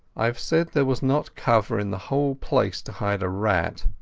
i have said there was not cover in the whole place to hide a rat.